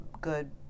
good